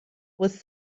was